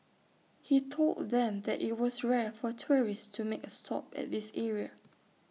he told them that IT was rare for tourists to make A stop at this area